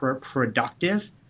productive